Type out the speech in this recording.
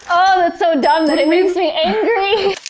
oh, that's so dumb that it makes me angry.